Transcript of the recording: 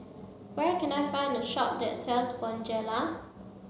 where can I find a shop that sells Bonjela